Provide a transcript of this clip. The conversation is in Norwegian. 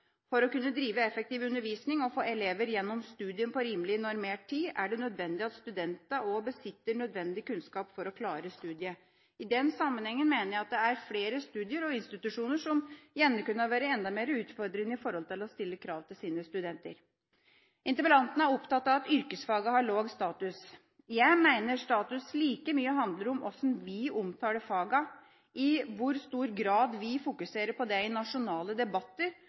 For å kunne drive effektiv undervisning og få elevene gjennom studiene på rimelig normert tid er det nødvendig at studentene også besitter nødvendig kunnskap for å klare studiet. I den sammenheng mener jeg det er flere studier og institusjoner som gjerne kunne vært enda mer utfordrende med tanke på å stille krav til sine studenter. Interpellanten er opptatt av at yrkesfagene har lav status. Jeg mener status like mye handler om hvordan vi omtaler fagene, i hvor stor grad vi fokuserer på det i nasjonale debatter,